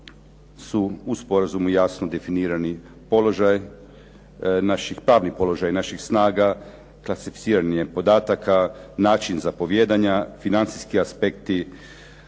su u sporazumu jasno definirani položaj naših, parni položaj naših snaga, klasificiranje podataka, način zapovijedanja, financijski aspekti,